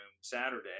Saturday